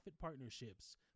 partnerships